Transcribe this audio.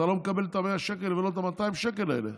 אתה לא מקבל את ה-100 שקל ולא את ה-200 שקל האלה,